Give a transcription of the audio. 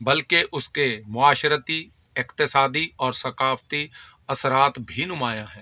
بلکہ اس کے معاشرتی اقتصادی اور ثقافتی اثرات بھی نمایاں ہے